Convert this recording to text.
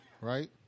Right